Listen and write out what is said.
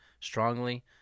strongly